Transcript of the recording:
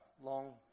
long